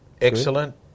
Excellent